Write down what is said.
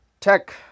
Tech